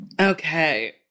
Okay